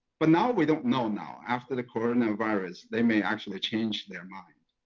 but now we don't know now. after the coronavirus, they may actually change their mind.